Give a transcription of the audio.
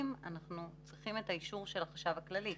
אנחנו צריכים אישור של החשב הכללי,